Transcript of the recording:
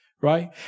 right